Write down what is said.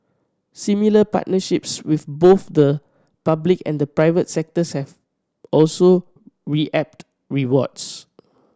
similar partnerships with both the public and the private sectors have also reaped rewards